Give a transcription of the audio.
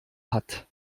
hat